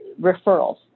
Referrals